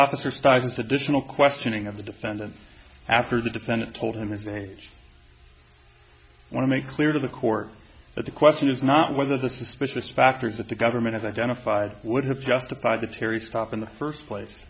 officer sties additional questioning of the defendant after the defendant told him his age i want to make clear to the court that the question is not whether the suspicious factors that the government has identified would have justify the terry stop in the first place